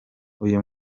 uyu